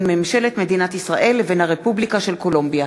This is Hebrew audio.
ממשלת מדינת ישראל לבין הרפובליקה של קולומביה.